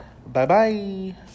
Bye-bye